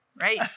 right